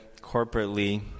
corporately